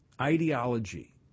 ideology